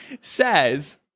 says